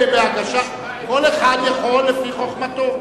כל אחד יכול לפי חוכמתו.